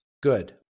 Good